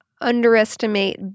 underestimate